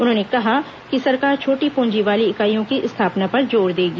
उन्होंने कहा कि सरकार छोटी पूंजी वाली इकाईयों की स्थापना पर जोर देगी